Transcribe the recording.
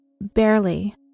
barely